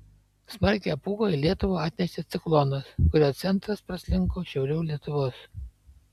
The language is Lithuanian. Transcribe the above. smarkią pūgą į lietuvą atnešė ciklonas kurio centras praslinko šiauriau lietuvos